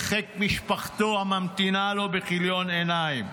לחיק משפחתו הממתינה לו בכיליון עיניים.